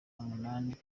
umunani